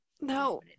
No